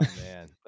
man